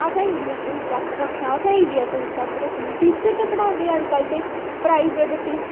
असें English subject रक्खना असें ई वी ऐस्स सबजैक्ट रक्खनी टीचर ते पढ़ांदे अजकल्ल दे प्राइवेट